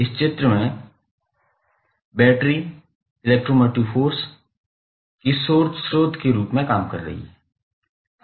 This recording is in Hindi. इस चित्र में battery electromotive force EMF electromotive force के स्रोत के रूप में कार्य करेगी